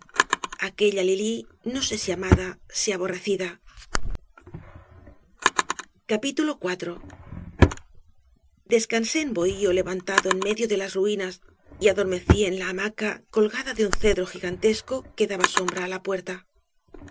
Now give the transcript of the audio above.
aquella lili no sé si amada si aborrecida memorias del marqves de bradomin es cansé en un bohío levantado en medio de las ruinas y adormecí en la hamaca colgada de un cedro gigantesco que daba sombra á la puerta